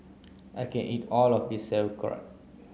I can't eat all of this Sauerkraut